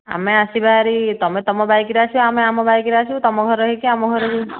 ଆମେ ଆସିବା ଭାରି ତମେ ତମ ବାଇକ ରେ ଆସିବ ଆମେ ଆମ ବାଇକ ରେ ଆସିବୁ ତମ ଘର ହେଇକି ଆମ ଘର ହେଇକି